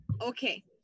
Okay